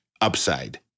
upside